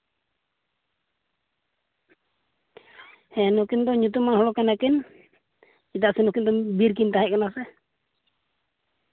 ᱦᱮᱸ ᱱᱩᱠᱤᱱ ᱫᱚ ᱧᱩᱛᱩᱢᱟᱱ ᱦᱚᱲ ᱠᱟᱱᱟᱠᱤᱱ ᱪᱮᱫᱟᱜ ᱥᱮ ᱱᱩᱠᱤᱱ ᱫᱚ ᱵᱤᱨ ᱨᱮᱠᱤᱱ ᱛᱟᱦᱮᱸᱠᱟᱱᱟ ᱥᱮ